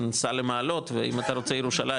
סע למעלות ואם אתה רוצה ירושלים,